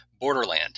Borderland